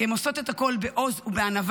כי הן עושות את הכול בעוז ובענווה.